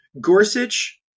Gorsuch